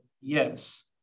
Yes